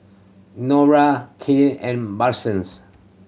Norah K and Bransons